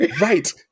Right